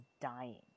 dying